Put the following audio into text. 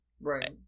right